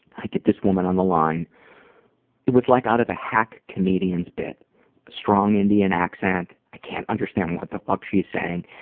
i get this woman on the line it was like out of a hack comedian's bit. a strong indian accent, i can't understand what the fuck she's saying.